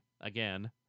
again